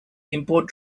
import